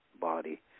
body